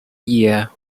year